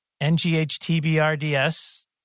N-G-H-T-B-R-D-S